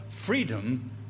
Freedom